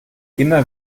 immer